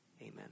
Amen